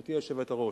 גברתי היושבת-ראש,